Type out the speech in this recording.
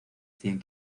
cien